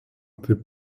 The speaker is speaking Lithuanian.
taip